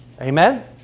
Amen